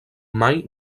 mai